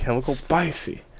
Spicy